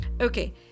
okay